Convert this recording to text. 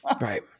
Right